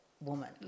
Woman